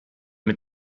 mit